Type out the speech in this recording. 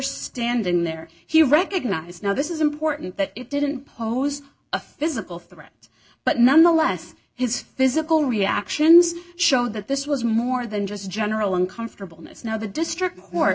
standing there he recognizes now this is important that it didn't pose a physical threat but nonetheless his physical reactions showed that this was more than just general uncomfortable it's now the district